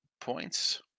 points